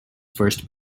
first